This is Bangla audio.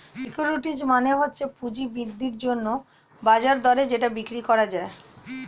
সিকিউরিটিজ মানে হচ্ছে পুঁজি বৃদ্ধির জন্যে বাজার দরে যেটা বিক্রি করা যায়